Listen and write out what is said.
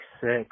six